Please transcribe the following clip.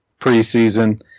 preseason